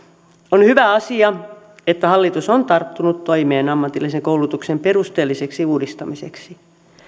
on hyvä asia että hallitus on tarttunut toimeen ammatillisen koulutuksen perusteelliseksi uudistamiseksi